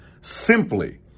simply